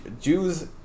Jews